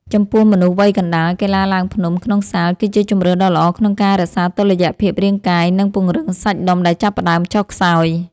ចំពោះមនុស្សវ័យកណ្ដាល កីឡាឡើងភ្នំក្នុងសាលគឺជាជម្រើសដ៏ល្អក្នុងការរក្សាតុល្យភាពរាងកាយ និងពង្រឹងសាច់ដុំដែលចាប់ផ្តើមចុះខ្សោយ។